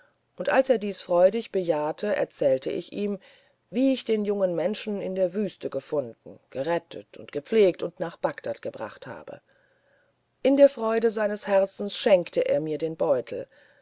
und als er dies freudig bejahte erzählte ich ihm wie ich den jungen menschen in der wüste gefunden gerettet und gepflegt und nach bagdad gebracht habe in der freude seines herzens schenkte er mir den beutel